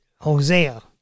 Hosea